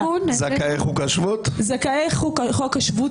זכאי חוק השבות?